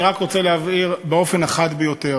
אני רק רוצה להבהיר באופן החד ביותר: